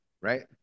right